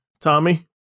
Tommy